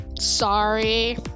sorry